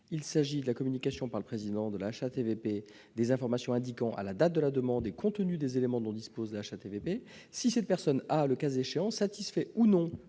d'abord, de la communication par le président de la HATVP « des informations indiquant, à la date de la demande et compte tenu des éléments dont dispose la Haute Autorité, si cette personne a, le cas échéant, satisfait ou non